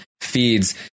feeds